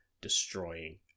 destroying